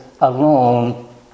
alone